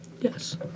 Yes